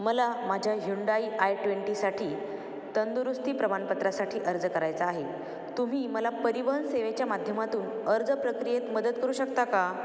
मला माझ्या Hyundai i ट्वेंटीसाठी तंदुरुस्ती प्रमाणपत्रासाठी अर्ज करायचा आहे तुम्ही मला परिवहन सेवेच्या माध्यमातून अर्ज प्रक्रियेत मदत करू शकता का